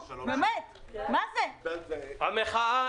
המחאה